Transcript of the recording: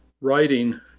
writing